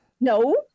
No